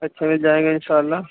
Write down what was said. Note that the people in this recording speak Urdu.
اچھا مل جائے گا انشاء اللہ